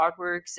artworks